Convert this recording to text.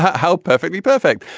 how perfectly perfect.